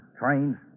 trains